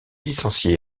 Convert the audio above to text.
licencié